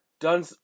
Done